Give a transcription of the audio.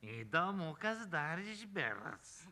įdomu kas dar išbirs